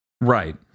Right